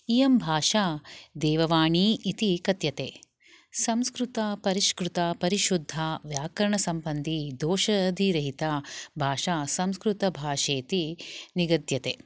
इयं भाषा देव वाणी इति कथ्यते संस्कृता परिष्कृता परिशुद्धा व्याकरणसम्बन्धि दोषादिरहिताभाषा संस्कृतभाषेति निगद्यते